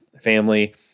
family